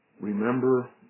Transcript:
Remember